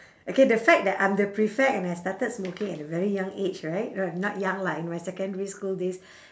okay the fact that I'm the prefect and I started smoking at a very young age right uh not young lah in my secondary school days